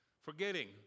Forgetting